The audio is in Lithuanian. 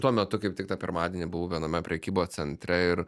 tuo metu kaip tik tą pirmadienį buvau viename prekybos centre ir